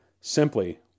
simply